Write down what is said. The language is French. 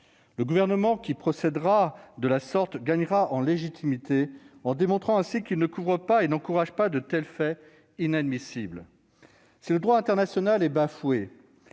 Le gouvernement qui procédera de la sorte gagnera en légitimité en démontrant ainsi qu'il ne couvre pas et n'encourage pas des faits aussi inadmissibles. Si le droit international est bafoué